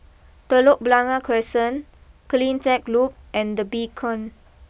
Telok Blangah Crescent Cleantech Loop and the Beacon